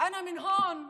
(אומרת דברים